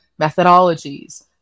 methodologies